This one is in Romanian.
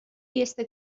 este